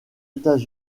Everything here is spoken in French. états